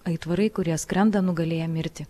aitvarai kurie skrenda nugalėję mirtį